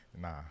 Nah